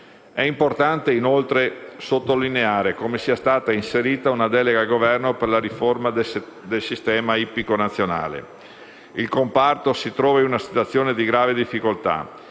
È importante inoltre sottolineare come sia stata inserita una delega al Governo per la riforma del sistema ippico nazionale. Il comparto si trova in una situazione di grave difficoltà